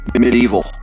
Medieval